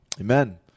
Amen